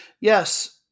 Yes